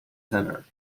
center